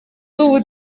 ubu